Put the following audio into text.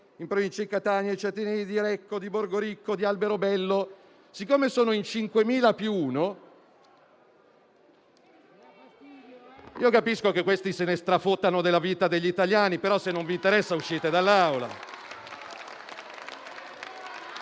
in provincia di Catania, e quelli di Recco, Borgoricco e Alberobello, perché sono in 5.000 più uno. *(Commenti)*. Capisco che questi se ne strafottano della vita degli italiani, però, se non vi interessa, uscite dall'Aula.